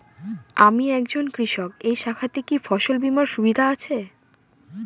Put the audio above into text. আমি একজন কৃষক এই শাখাতে কি ফসল বীমার সুবিধা আছে?